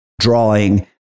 drawing